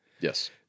Yes